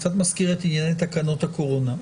זה קצת מזכיר את ענייני תקנות הקורונה.